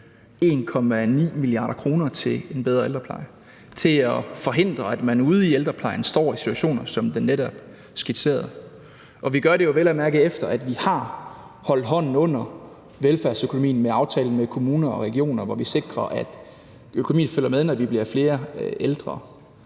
1,9 mia. kr. til en bedre ældrepleje, til at forhindre, at man ude i ældreplejen står i situationer som den netop skitserede. Og vi gør det jo vel at mærke, efter at vi har holdt hånden under velfærdsøkonomien med aftalen med kommuner og regioner, hvor vi sikrer, at økonomien følger med, når vi bliver flere ældre.